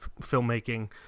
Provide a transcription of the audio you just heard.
filmmaking